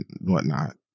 whatnot